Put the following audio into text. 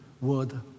word